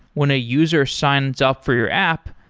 when a user signs up for your app,